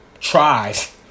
tries